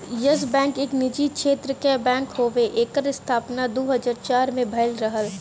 yes Bank एक निजी क्षेत्र क बैंक हउवे एकर स्थापना दू हज़ार चार में भयल रहल